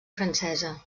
francesa